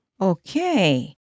Okay